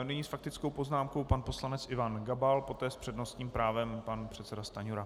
Nyní s faktickou poznámkou pan poslanec Ivan Gabal, poté s přednostním právem pan předseda Stanjura.